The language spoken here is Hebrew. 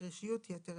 קרישיות-יתר,